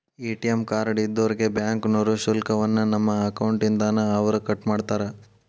ATM card ಇದ್ದೋರ್ಗೆ ಬ್ಯಾಂಕ್ನೋರು ಶುಲ್ಕವನ್ನ ನಮ್ಮ ಅಕೌಂಟ್ ಇಂದಾನ ಅವ್ರ ಕಟ್ಮಾಡ್ತಾರ